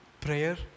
prayer